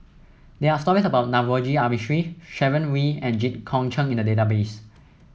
there are stories about Navroji R Mistri Sharon Wee and Jit Koon Ch'ng in the database